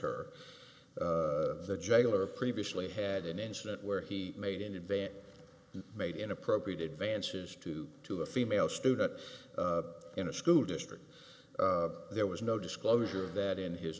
her the jailer previously had an incident where he made an advance and made inappropriate advances to to a female student in a school district there was no disclosure of that in his